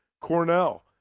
Cornell